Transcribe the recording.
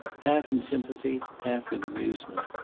half in sympathy, half with amusement.